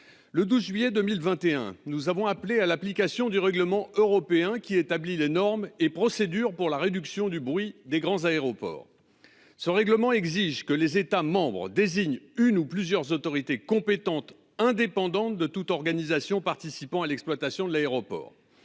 Le 12 juillet 2021. Nous avons appelé à l'application du règlement européen qui établit les normes et procédures pour la réduction du bruit des grands aéroports ce règlement exige que les États désigne une ou plusieurs autorités compétentes indépendantes de toute organisation participant à l'exploitation de l'aéroport.